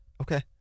Okay